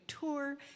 tour